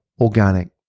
organic